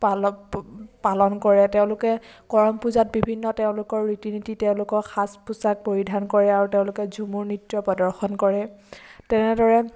পালক পালন কৰে তেওঁলোকে কৰম পূজাত বিভিন্ন তেওঁলোকৰ ৰীতি নীতি তেওঁলোকৰ সাজ পোচাক পৰিধান কৰে আৰু তেওঁলোকে ঝুমুৰ নৃত্য প্ৰদৰ্শন কৰে তেনেদৰে